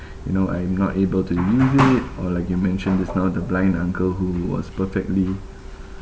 you know I'm not able to use it or like you mentioned just now the blind uncle who was perfectly